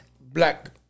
Black